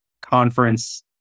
conference